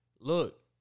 Look